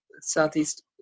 Southeast